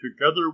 together